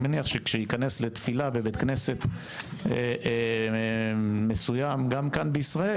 אני מניח שכאשר ייכנס לתפילה בבית-כנסת מסוים גם כאן בישראל,